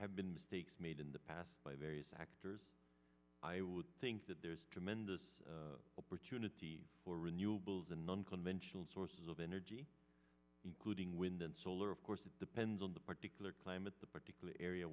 have been mistakes made in the past by various actors i would think that there's tremendous opportunity for renewables and unconventional sources of energy including wind and solar of course it depends on the particular climate the particular area